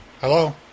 Hello